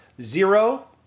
zero